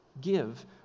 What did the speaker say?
Give